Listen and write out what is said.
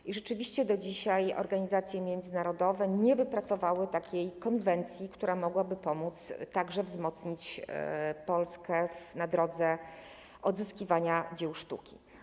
I rzeczywiście do dzisiaj organizacje międzynarodowe nie wypracowały takiej konwencji, która mogłaby pomóc wzmocnić także Polskę na drodze odzyskiwania dzieł sztuki.